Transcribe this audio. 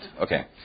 Okay